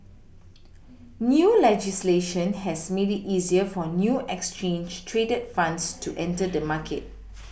new legislation has made it easier for new exchange traded funds to enter the market